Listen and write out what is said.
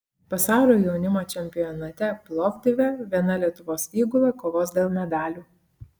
pasaulio jaunimo čempionate plovdive viena lietuvos įgula kovos dėl medalių